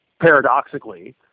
Paradoxically